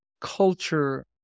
culture